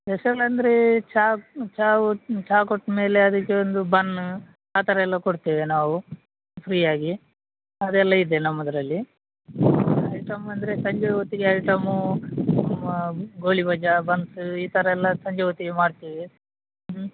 special ಅಂದರೆ ಚಾ ಚಾ ಚಾ ಕೊಟ್ಮೇಲೆ ಅದಕ್ಕೆ ಒಂದು ಬನ್ನ ಆ ಥರ ಎಲ್ಲ ಕೊಡ್ತೇವೆ ನಾವು ಫ್ರೀಯಾಗಿ ಅದೆಲ್ಲ ಇದೆ ನಮ್ಮದರಲ್ಲಿ ಐಟಮ್ ಅಂದರೆ ಸಂಜೆ ಹೊತ್ತಿಗೆ ಐಟಮೂ ಗೋಳಿಬಜಾ ಬನ್ಸ್ ಈ ಥರ ಎಲ್ಲಾ ಸಂಜೆ ಹೊತ್ತಿಗೆ ಮಾಡ್ತೇವೆ ಹ್ಞೂ